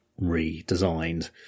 redesigned